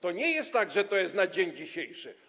To nie jest tak, że to jest na dzień dzisiejszy.